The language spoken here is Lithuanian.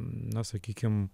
na sakykim